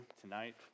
tonight